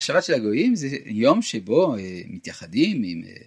שבת של הגויים זה יום שבו מתייחדים עם אה...